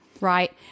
Right